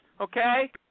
okay